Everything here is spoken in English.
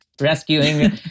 Rescuing